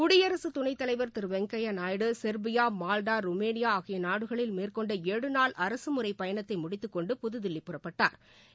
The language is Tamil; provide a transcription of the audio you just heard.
குடியரசுத் துணைத் தலைவர் திரு Venkaiah Naidu Serbia Malta Romania ஆகிய நாடுகளில் மேற்கொண்ட ஏழு நாள் அரசு முறைப்பயணத்தை முடித்துக்கொண்டு புதுதில்லி புறப்பட்டாா்